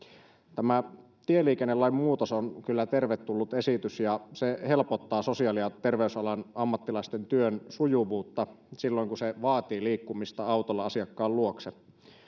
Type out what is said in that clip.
tämä tieliikennelain muutos on kyllä tervetullut esitys ja se helpottaa sosiaali ja terveysalan ammattilaisten työn sujuvuutta silloin kun työ vaatii liikkumista autolla asiakkaan luokse käsittääkseni